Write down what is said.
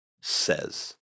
says